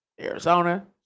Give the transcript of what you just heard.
Arizona